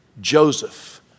Joseph